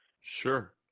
Sure